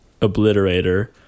obliterator